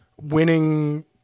winning